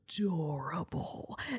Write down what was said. adorable